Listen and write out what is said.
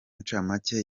ncamake